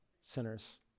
Sinners